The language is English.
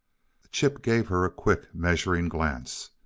chip gave her a quick, measuring glance.